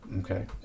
Okay